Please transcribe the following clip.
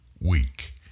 week